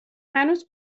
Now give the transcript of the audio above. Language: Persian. هنوز